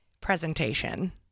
presentation